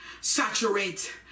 Saturate